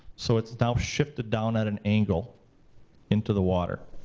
so it's now shifted down at an angle into the water.